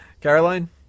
Caroline